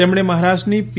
તેમણે મહારાષ્ટ્રની પી